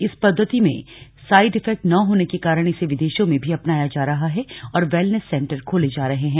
इस पद्धति में साइड इफेक्ट न होने के कारण इसे विदेशों में भी अपनाया जा रहा है और वैलनेस सेंटर खोले जा रहे हैं